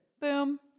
Boom